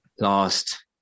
last